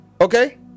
okay